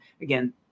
Again